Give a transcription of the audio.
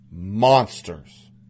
monsters